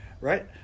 right